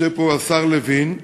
יושב פה השר לוין,